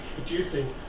producing